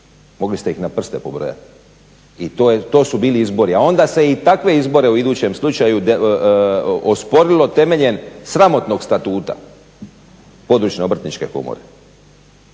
mogli ste ih na prste pobrojati. I to su bili izbori. A onda se i takve izbore u idućem slučaju osporilo temeljem sramotnog statuta područne Obrtničke komore